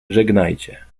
żegnajcie